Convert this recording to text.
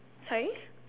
sorry